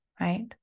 right